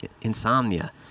insomnia